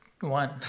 One